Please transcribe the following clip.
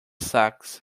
sax